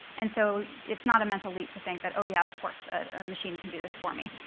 and so it's not a mental leap to think that, oh, yeah, of course, a machine can do this for me.